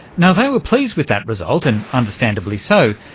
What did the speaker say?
now, they were pleased with that result, and understandably so,